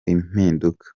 impinduka